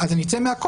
אז אני אצא מהכול.